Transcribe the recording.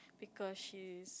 because she's